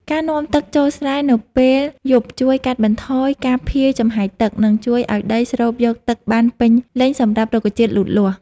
ការនាំទឹកចូលស្រែនៅពេលយប់ជួយកាត់បន្ថយការភាយចំហាយទឹក និងជួយឱ្យដីស្រូបយកទឹកបានពេញលេញសម្រាប់រុក្ខជាតិលូតលាស់។